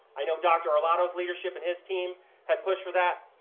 i know dr. arlotto's leadership and his team have pushed for that,